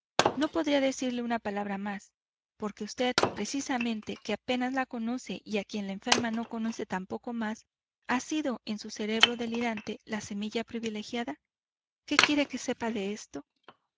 no podría decirle una palabra más por qué vd precisamente que apenas la conoce y a quien la enferma no conoce tampoco más ha sido en su cerebro delirante la semilla privilegiada qué quiere que se sepa de esto